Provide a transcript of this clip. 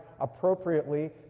appropriately